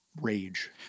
rage